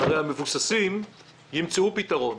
שהרי המבוססים ימצאו פתרון,